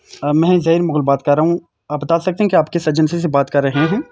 میں زین مغل بات کر رہا ہوں آپ بتا سکتے ہیں کہ آپ کس ایجنسی سے بات کر رہے ہیں